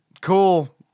cool